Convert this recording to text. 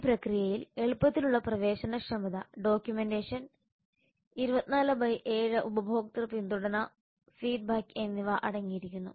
ഈ പ്രക്രിയയിൽ എളുപ്പത്തിലുള്ള പ്രവേശനക്ഷമത ഡോക്യുമെന്റേഷൻ 24 ബൈ 7 ഉപഭോക്തൃ പിന്തുണ ഫീഡ്ബാക്ക് എന്നിവ അടങ്ങിയിരിക്കുന്നു